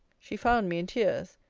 she found me in tears.